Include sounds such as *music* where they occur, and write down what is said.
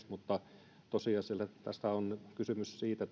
*unintelligible* mutta tosiasiassa tässähän on kysymys siitä *unintelligible*